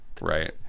right